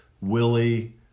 Willie